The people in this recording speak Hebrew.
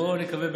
בואו נקווה,